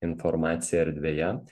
informacija erdvėje